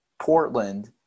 Portland